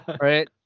Right